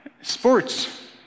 sports